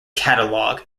catalog